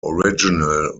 original